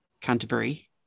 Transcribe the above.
Canterbury